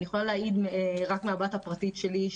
אני יכולה להעיד על הבת הפרטית שלי.